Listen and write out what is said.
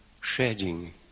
shedding